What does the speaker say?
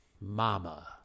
Mama